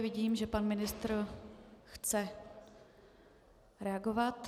Vidím, že pan ministr chce reagovat.